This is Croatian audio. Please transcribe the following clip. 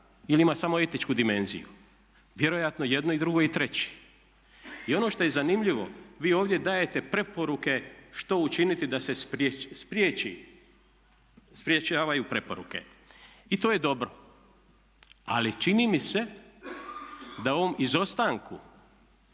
ili ima samo etičku dimenziju. Vjerojatno jedno i drugo i treće. I ono što je zanimljivo, vi ovdje dajete preporuke što učiniti da se sprječavaju preporuke. I to je dobro. Ali čini mi se da u ovom izostanku